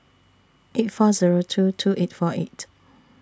eight four Zero two two eight four eight